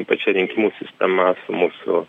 pačia rinkimų sistema su mūsų